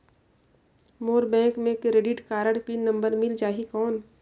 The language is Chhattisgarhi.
मोर बैंक मे क्रेडिट कारड पिन नंबर मिल जाहि कौन?